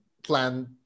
Plan